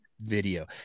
video